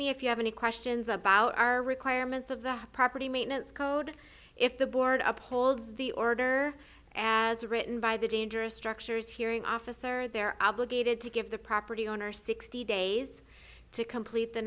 me if you have any questions about our requirements of the property maintenance code if the board upholds the order as written by the dangerous structures hearing officer they're obligated to give the property owner sixty days to complete the